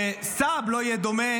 שסב לא יהיה דומה